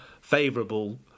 favourable